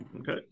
Okay